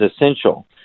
essential